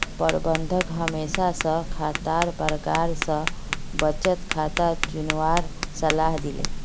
प्रबंधक महेश स खातार प्रकार स बचत खाता चुनवार सलाह दिले